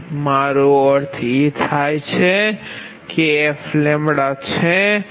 મારોઅર્થ એ થાય કે fછે